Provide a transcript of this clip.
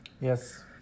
Yes